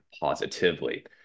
positively